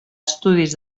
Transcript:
estudis